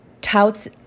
touts